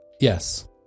Yes